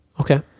okay